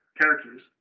characters